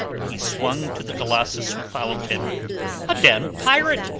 he swung to the colossus who followed him a damned pirate,